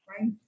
right